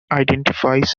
identifies